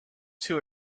two